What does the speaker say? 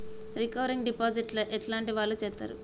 Recurring deposit ఎట్లాంటి వాళ్లు చేత్తరు?